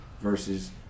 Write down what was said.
versus